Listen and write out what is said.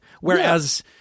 Whereas